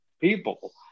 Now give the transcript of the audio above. people